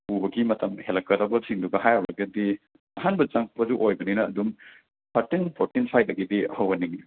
ꯄꯨꯕꯒꯤ ꯃꯇꯝ ꯍꯦꯜꯂꯛꯀꯗꯕ ꯁꯤꯡꯗꯨꯒ ꯍꯥꯏꯔꯨꯔꯒꯗꯤ ꯑꯍꯥꯟꯕ ꯆꯪꯂꯛꯄꯁꯨ ꯑꯣꯏꯕꯅꯤꯅ ꯑꯗꯨꯝ ꯊꯔꯇꯤꯟ ꯐꯣꯔꯇꯤꯟ ꯁ꯭ꯋꯥꯏꯗꯒꯤꯗꯤ ꯍꯧꯍꯟꯅꯤꯡꯏ